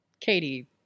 Katie